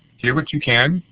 hear what you can,